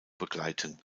begleiten